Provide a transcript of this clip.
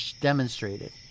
demonstrated